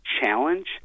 challenge